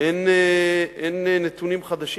אין נתונים חדשים.